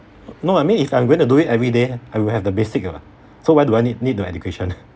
no I mean if I'm going to do it everyday I will have the basic [what] so why do I need need to education